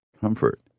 comfort